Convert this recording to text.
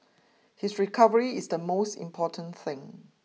his recovery is the most important thing